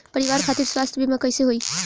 परिवार खातिर स्वास्थ्य बीमा कैसे होई?